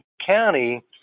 County